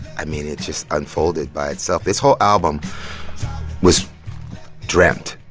i mean, it just unfolded by itself. this whole album was dreamt.